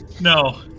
No